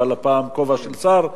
אבל הפעם בכובע של שר,